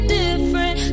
different